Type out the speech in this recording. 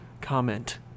comment